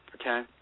okay